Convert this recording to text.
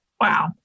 Wow